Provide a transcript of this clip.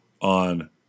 on